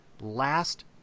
last